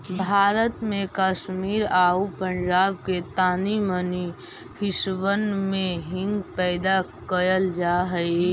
भारत में कश्मीर आउ पंजाब के तानी मनी हिस्सबन में हींग पैदा कयल जा हई